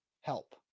help